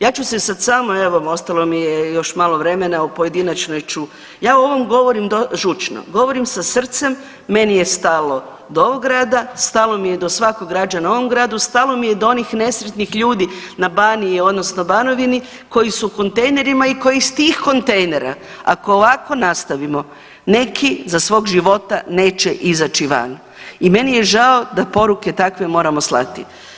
Ja ću se sad samo evo ostalo mi je još malo vremena u pojedinačnoj ću, ja o ovom govorim žučno, govorim sa srcem, meni je stalo do ovog grada, stalo mi je do svakog građana u ovom gradu, stalo mi je do onih nesretnih ljudi na Baniji odnosno Banovini koji su u kontejnerima i koji iz tih kontejnera ako ovako nastavimo neki za svog života neće izaći van i meni je žao da poruke takve moramo slati.